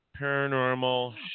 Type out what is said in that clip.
paranormal